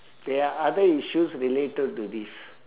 there are other issues related to this